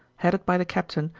headed by the captain,